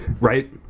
Right